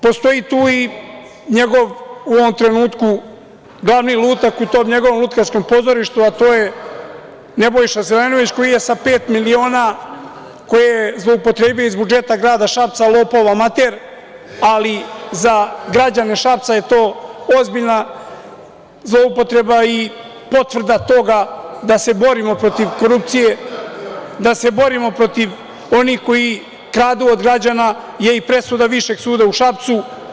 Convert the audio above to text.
Postoji tu i njegov u ovom trenutku glavni lutak u tom njegovom lutkarskom pozorištu, a to je Nebojša Zelenović koji je sa pet miliona koje je zloupotrebio iz budžeta grada Šapca lopov amater, ali za građane Šapca je to ozbiljna zloupotreba i potvrda toga da se borimo protiv korupcije, da se borimo protiv onih koji kradu od građana je i presuda Višeg suda u Šapcu.